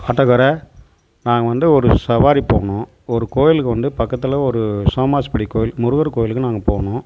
ஆட்டோக்காரரே நாங்கள் வந்து ஒரு சவாரி போகணும் ஒரு கோயிலுக்கு வந்து பக்கத்தில் ஒரு சோமாஸ்படி கோயில் முருகர் கோயிலுக்கு நாங்கள் போகணும்